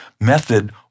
method